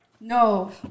No